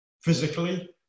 physically